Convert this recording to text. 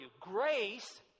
Grace